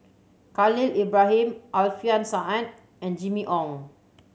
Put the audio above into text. Khalil Ibrahim Alfian Sa'at and Jimmy Ong